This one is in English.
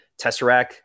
Tesseract